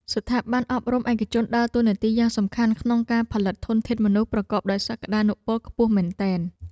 ស្ថាប័នអប់រំឯកជនដើរតួនាទីយ៉ាងសំខាន់ក្នុងការផលិតធនធានមនុស្សប្រកបដោយសក្តានុពលខ្ពស់មែនទែន។